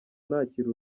nakira